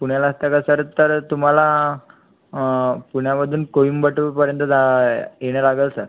पुण्याला असता का सर तर तुम्हाला पुण्यामधून कोईम्बतूरपर्यंत जा येणं लागेल सर